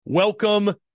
Welcome